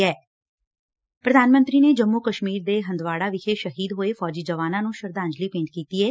ਪ੍ਰਧਾਨ ਮੰਤਰੀ ਨੇ ਜੰਮੂ ਕਸ਼ਮੀਰ ਦੇ ਹੰਦਵਾੜਾ ਵਿਖੇ ਸ਼ਹੀਦ ਹੋਏ ਫੌਜੀ ਜਵਾਨਾਂ ਨੂੰ ਸ਼ਰਧਾਂਜਲੀ ਭੇਂਟ ਕੀਤੀ ਏ